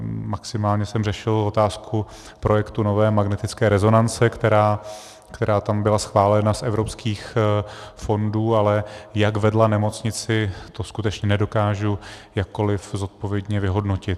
Maximálně jsem řešil otázku projektu nové magnetické rezonance, která tam byla schválena z evropských fondů, ale jak vedla nemocnici, to skutečně nedokážu jakkoliv zodpovědně vyhodnotit.